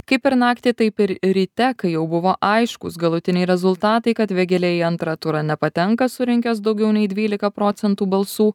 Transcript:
kaip ir naktį taip ir ryte kai jau buvo aiškūs galutiniai rezultatai kad vėgėlė į antrą turą nepatenka surinkęs daugiau nei dvylika procentų balsų